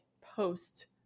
post